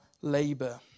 labor